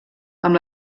amb